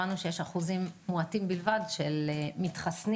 הבנו שיש אחוזים מועטים בלבד של מתחסנים,